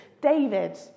David